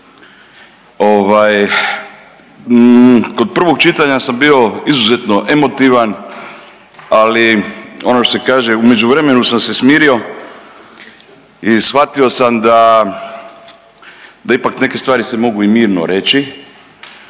Kod prvog čitanja sam bio izuzetno emotivan, ali ono što se kaže u međuvremenu sam se smirio i shvatio sam da ipak neke stvari se mogu i mirno reći,